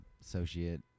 associate